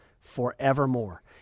forevermore